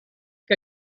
que